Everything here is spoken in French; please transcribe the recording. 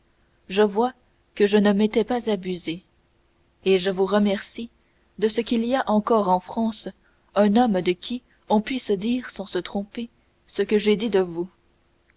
je vois que je ne m'étais pas abusé et je vous remercie de ce qu'il y a encore en france un homme de qui on puisse dire sans se tromper ce que j'ai dit de vous